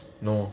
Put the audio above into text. no